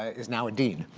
is now a dean.